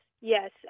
yes